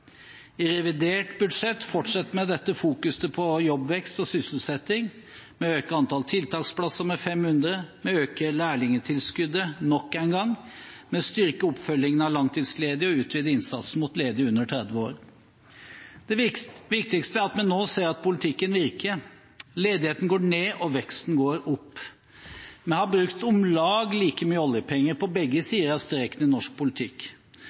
I revidert budsjett fortsetter vi fokuseringen på jobbvekst og sysselsetting. Vi øker antall tiltaksplasser med 500. Vi øker lærlingtilskuddet nok en gang. Vi styrker oppfølgingen av langtidsledige og utvider innsatsen rettet mot ledige under 30 år. Det viktigste er at vi nå ser at politikken virker. Ledigheten går ned, og veksten går opp. Vi har brukt om lag like mye oljepenger på begge sider av streken i norsk politikk.